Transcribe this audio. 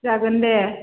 जागोन दे